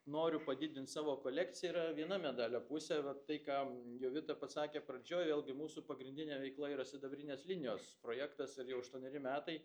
noriu padidint savo kolekciją yra viena medalio pusė ir va tai ką jovita pasakė pradžioj vėlgi mūsų pagrindinė veikla yra sidabrinės linijos projektas ir jau aštuoneri metai